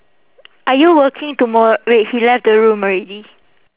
are you working tomor~ wait he left the room already